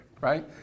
right